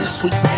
sweet